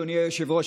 אדוני היושב-ראש,